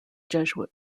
jesuit